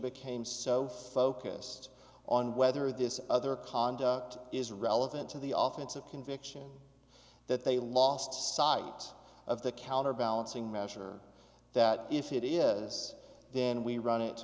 became so focused on whether this other conduct is relevant to the office of conviction that they lost sight of the counter balancing measure that if it is then we run it